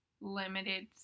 limited